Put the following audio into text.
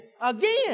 again